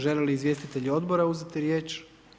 Žele li izvjestitelji odbora uzeti riječ?